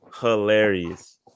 Hilarious